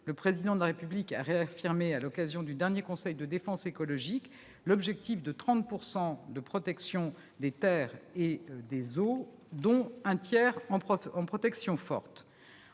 Le Président de la République a réaffirmé, à l'occasion du dernier conseil de défense écologique, l'objectif de 30 % pour les terres et les eaux, dont un tiers en protection forte.